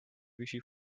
wisi